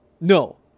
no